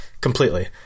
completely